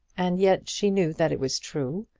and yet she knew that it was true.